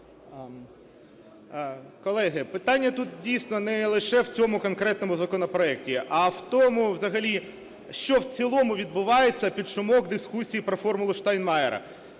Колеги, питання тут дійсно не лише в цьому конкретному законопроекті, а в тому взагалі, що в цілому відбувається під шумок дискусії про "формулу Штайнмайєра".